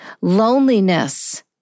Loneliness